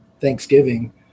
Thanksgiving